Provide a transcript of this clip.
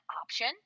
option